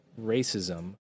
racism